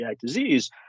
disease